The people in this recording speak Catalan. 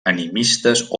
animistes